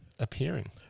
appearing